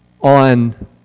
on